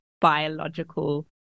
biological